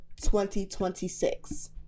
2026